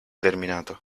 terminato